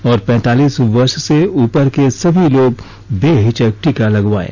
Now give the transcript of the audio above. और पैंतालीस वर्ष से उपर के सभी लोग बेहिचक टीका लगवायें